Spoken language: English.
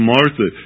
Martha